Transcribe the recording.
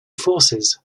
forces